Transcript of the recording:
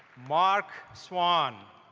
mark swan.